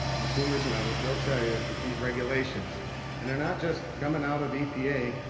consumers and others they'll tell ya that these regulations and they're not just coming out of epa,